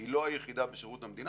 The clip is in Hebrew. היא לא היחידה בשירות המדינה,